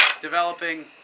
Developing